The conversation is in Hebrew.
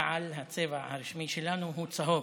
בתע"ל הצבע הרשמי שלנו הוא הוא צהוב,